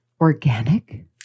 Organic